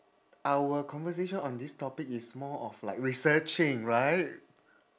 our conversation on this topic is more of like researching right